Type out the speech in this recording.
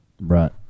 Right